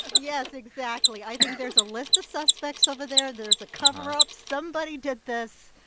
yes, exactly. i think there's a list of suspects over there. there's a cover-up. somebody did this,